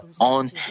on